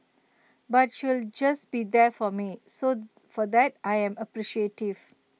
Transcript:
but she'll just be there for me so for that I am appreciative